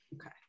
okay